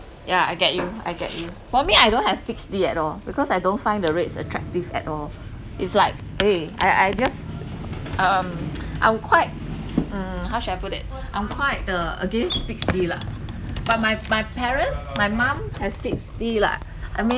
yeah I get you I get you for me I don't have fixed D at all because I don't find the rates attractive at all it's like eh I I just um I'm quite mm how should I put it I'm quite uh against fixed D lah but my my parents my mum has fixed D lah I mean